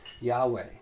Yahweh